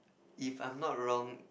if I am not wrong